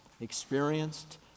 experienced